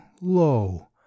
lo